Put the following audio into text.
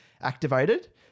activated